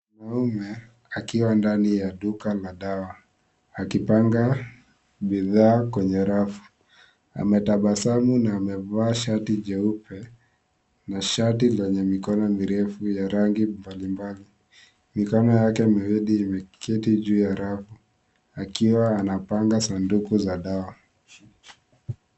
Mwanaume akiwa ndani ya duka la dawa, akipanga bidhaa kwenye rafu. Ametabasamu, na amevaa shati jeupe na shati yenye mikono mirefu ya rangi mbalimbali. Mikono yake miwili imeketi juu ya rafu akiwa anapanga sanduku za dawa.